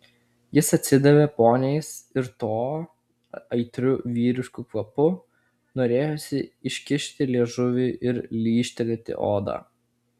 jis atsidavė poniais ir tuo aitriu vyrišku kvapu norėjosi iškišti liežuvį ir lyžtelėti odą